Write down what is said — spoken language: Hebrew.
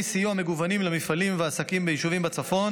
סיוע מגוונים למפעלים ולעסקים ביישובים בצפון